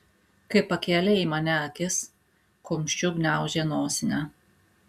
kai pakėlė į mane akis kumščiu gniaužė nosinę